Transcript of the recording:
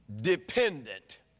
dependent